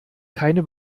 keine